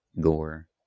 Gore